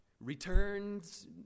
returns